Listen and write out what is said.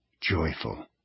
joyful